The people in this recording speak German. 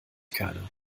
keiner